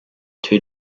two